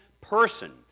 person